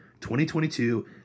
2022